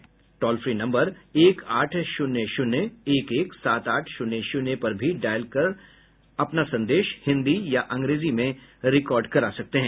वे toll free number एक आठ शून्य शून्य एक एक सात आठ शून्य शून्य पर भी डायल कर सकते हैं और अपना संदेश हिंदी या अंग्रेजी में रिकॉर्ड करा सकते हैं